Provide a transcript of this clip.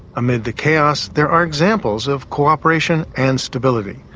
amid the chaos, there are examples of co-operation and stability.